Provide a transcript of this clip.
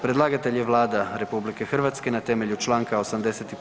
Predlagatelj je Vlada RH na temelju čl. 85.